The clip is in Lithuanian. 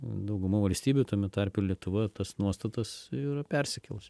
dauguma valstybių tame tarpe ir lietuva tas nuostatas yra persikėlusi